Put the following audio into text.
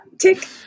Tick